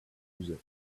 music